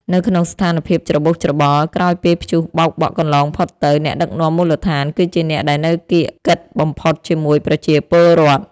នៅក្នុងស្ថានភាពច្របូកច្របល់ក្រោយពេលព្យុះបោកបក់កន្លងផុតទៅ អ្នកដឹកនាំមូលដ្ឋានគឺជាអ្នកដែលនៅកៀកកិតបំផុតជាមួយប្រជាពលរដ្ឋ។